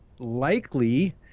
likely